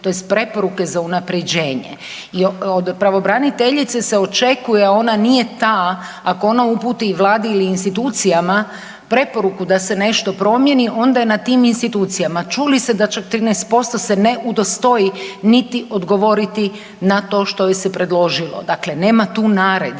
tj. preporuke za unapređenje. Od pravobraniteljice se očekuje ona nije ta ako ona uputi Vladi ili institucijama preporuku da se nešto promijeni, onda je na tim institucijama. Čuli ste da čak 13% se ne udostoji niti odgovoriti na to što joj se predložilo. Dakle, nema tu naredbi.